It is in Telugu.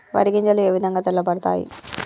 వరి గింజలు ఏ విధంగా తెల్ల పడతాయి?